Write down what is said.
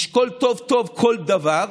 לשקול טוב-טוב כל דבר,